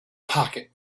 pocket